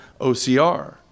OCR